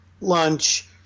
lunch